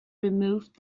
removed